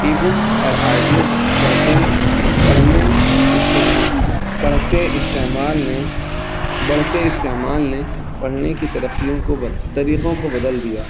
ای books اور audio books پڑھتے پڑھنے استعما پڑھتے استعمال نے بڑھتے استعمال نے پڑھنے کی ترقیوں کو طریقوں کو بدل دیا